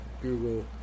Google